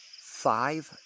five